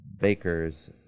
Baker's